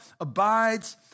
abides